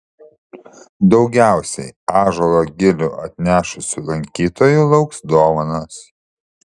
daugiausiai ąžuolo gilių atnešusių lankytojų lauks dovanos